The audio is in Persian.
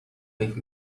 فکر